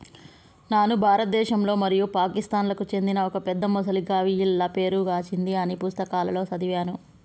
నాను భారతదేశంలో మరియు పాకిస్తాన్లకు చెందిన ఒక పెద్ద మొసలి గావియల్గా పేరు గాంచింది అని పుస్తకాలలో సదివాను